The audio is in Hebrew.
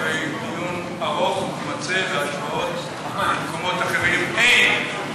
אחרי דיון ארוך וממצה והשוואות עם מקומות אחרים,